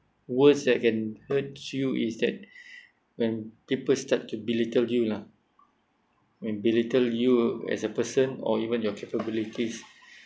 words that can hurt you is that when people start to belittle you lah when belittle you as a person or even your capabilities